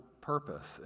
purpose